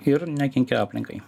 ir nekenkia aplinkai